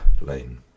Lane